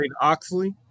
Oxley